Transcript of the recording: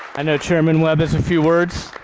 i know chairman webb has a few words.